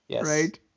right